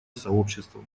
сообществом